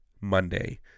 Monday